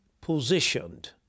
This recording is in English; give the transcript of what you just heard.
positioned